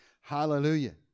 Hallelujah